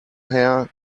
hair